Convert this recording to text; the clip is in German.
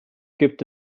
gibt